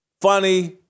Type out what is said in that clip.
Funny